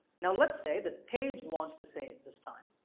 now let's say that paige wants to say it this time.